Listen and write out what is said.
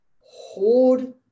hold